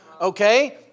Okay